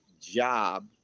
job